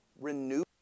renew